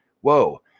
Whoa